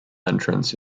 entrance